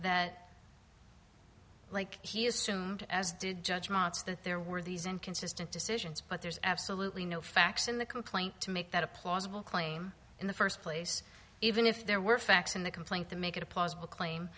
that like he assumed as did judge march that there were these inconsistent decisions but there's absolutely no facts in the complaint to make that a plausible claim in the first place even if there were facts in the complaint to make it a plausible claim